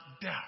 death